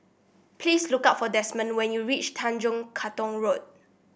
please look up for Desmond when you reach Tanjong Katong Road